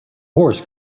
horse